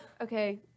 okay